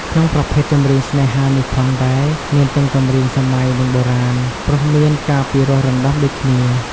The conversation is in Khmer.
ក្នុងប្រភេទចម្រៀងស្នេហានេះផងដែលមានទាំងចម្រៀងសម័យនិងបុរាណ ព្រោះមានការពិរោះរន្តំដូចគ្នា។